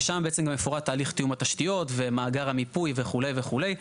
ושם בעצם גם מפורט תהליך תיאום התשתיות ומאגר המיפוי וכו' וכו'.